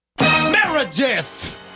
Meredith